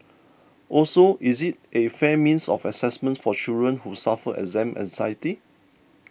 also is it a fair means of assessment for children who suffer exam anxiety